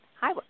Hi